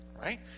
right